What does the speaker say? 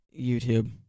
YouTube